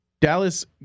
Dallas